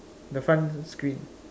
the front screen